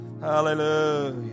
Hallelujah